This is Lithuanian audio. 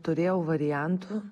turėjau variantų